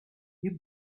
you